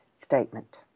statement